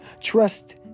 Trust